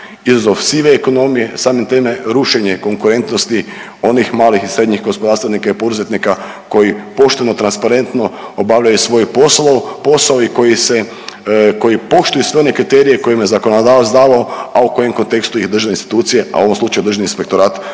izazov sive ekonomije, samim time rušenje konkurentnosti onih malih i srednjih gospodarstvenika i poduzetnika koji pošteno, transparentno obavljaju svoj posao i koji poštuju sve one kriterije koje im je zakonodavac davao, a u kojem kontekstu je državne institucije, a u ovom slučaju Državni inspektora